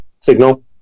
signal